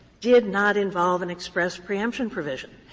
did not involve an express preemption provision.